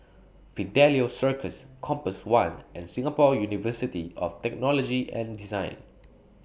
Fidelio Circus Compass one and Singapore University of Technology and Design